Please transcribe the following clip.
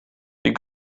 die